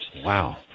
Wow